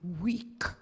weak